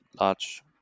large